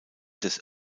des